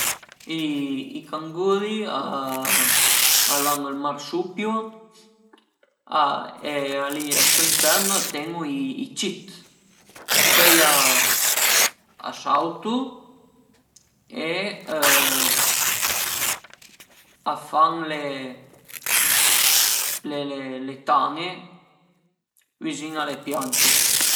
I canguri al an ël marsupio e al suo interno a ten-u i cit, pöi a sautu e a fan le tan-e vizin a le piante